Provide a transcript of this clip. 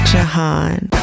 Jahan